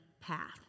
path